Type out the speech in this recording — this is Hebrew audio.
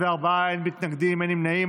בעד, 34, אין מתנגדים ואין נמנעים.